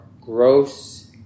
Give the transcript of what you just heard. gross